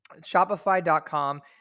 shopify.com